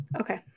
Okay